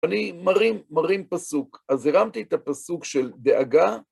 אני מרים מרים פסוק, אז הרמתי את הפסוק של דאגה.